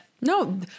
No